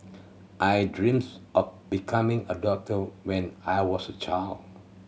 I dreams of becoming a doctor when I was a child